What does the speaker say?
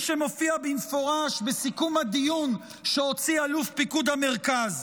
שמופיע במפורש בסיכום הדיון שהוציא אלוף פיקוד המרכז.